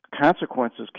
consequences